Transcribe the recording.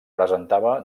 presentava